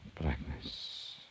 blackness